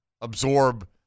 absorb